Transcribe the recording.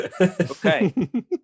okay